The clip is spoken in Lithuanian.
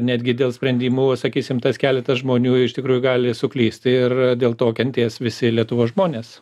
netgi dėl sprendimų sakysim tas keletas žmonių iš tikrųjų gali suklysti ir dėl to kentės visi lietuvos žmonės